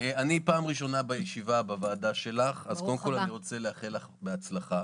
אני פעם ראשונה בישיבה בוועדה שלך וקודם כל אני רוצה לאחל לך בהצלחה.